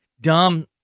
dumb